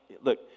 look